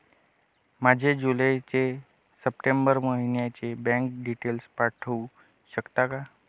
माझे जुलै ते सप्टेंबर महिन्याचे बँक डिटेल्स पाठवू शकता का?